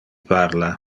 parla